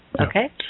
Okay